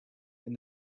and